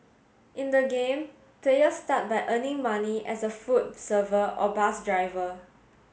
in the game players start by earning money as a food server or bus driver